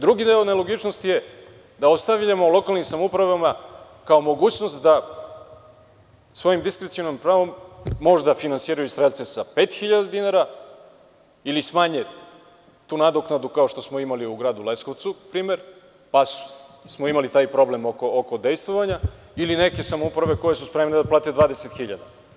Drugi deo nelogičnosti je da ostavljamo lokalnim samoupravama, kao mogućnost da svojim diskrecionim pravom finansiraju strelce sa pet hiljada dinara ili smanje tu nadoknadu, kao što smo imali primer u gradu Leskovcu, pa smo imali taj problem oko dejstvovanja ili neke samouprave koje su spremne da plate 20 hiljada.